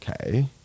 Okay